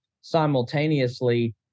simultaneously